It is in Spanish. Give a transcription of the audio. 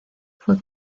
fue